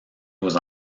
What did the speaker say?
aux